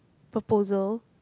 proposal